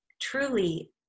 truly